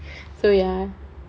so ya